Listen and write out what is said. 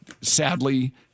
sadly